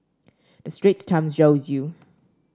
the Straits Times shows you